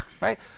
Right